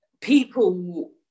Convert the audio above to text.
people